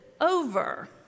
over